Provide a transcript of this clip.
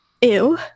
ew